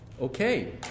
Okay